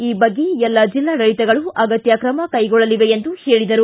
ಈ ಬಗ್ಗೆ ಎಲ್ಲ ಜಿಲ್ಲಾಡಳಿತಗಳು ಅಗತ್ಯ ತ್ರಮ ಕೈಗೊಳ್ಳಲಿವೆ ಎಂದು ಹೇಳಿದರು